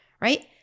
right